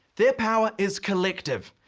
their power is collective.